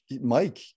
Mike